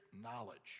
knowledge